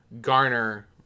garner